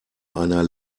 einer